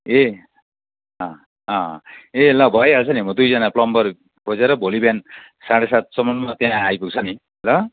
ए अँ अँ ए ल भइहाल्छ नि म दुईजना प्लमबर खोजेर भोलि बिहान साढे सातसम्ममा त्यहाँ आइपुग्छ नि ल